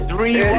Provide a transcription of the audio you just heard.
Dream